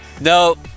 No